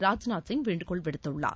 ராஜ்நாத் சிங் வேண்டுகோள் விடுத்துள்ளார்